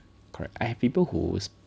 correct I have people who is